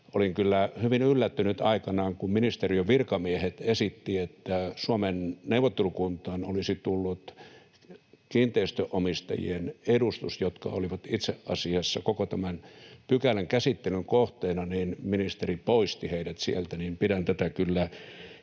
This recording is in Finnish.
kyllä hyvin yllättynyt aikoinaan, kun ministeriön virkamiehet esittivät, että Suomen neuvottelukuntaan olisi tullut kiinteistönomistajien edustus, jotka olivat itse asiassa koko tämän pykälän käsittelyn kohteena, niin ministeri poisti heidät sieltä. En tiedä, onko